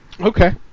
Okay